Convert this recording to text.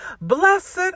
Blessed